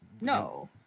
No